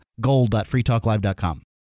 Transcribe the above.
gold.freetalklive.com